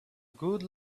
good